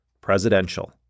presidential